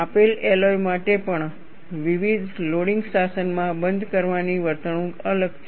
આપેલ એલોય માટે પણ વિવિધ લોડિંગ શાસનમાં બંધ કરવાની વર્તણૂક અલગ છે